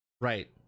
Right